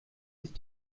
ist